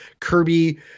kirby